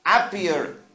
appear